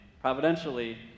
Providentially